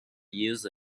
use